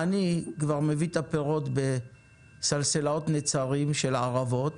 העני כבר מביא את הפירות בסלסלות נצרים של ערבות,